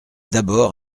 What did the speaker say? d’abord